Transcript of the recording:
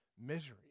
misery